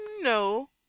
no